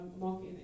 market